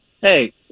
hey